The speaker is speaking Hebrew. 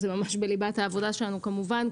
זה ממש בליבת העבודה שלנו כמובן,